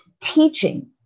teaching